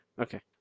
Okay